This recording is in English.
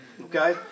Okay